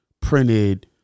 printed